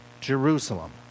Jerusalem